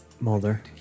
Mulder